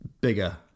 Bigger